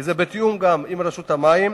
זה בתיאום גם עם רשות המים,